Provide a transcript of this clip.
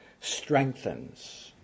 strengthens